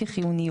כחיוניות.